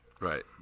right